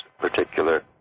particular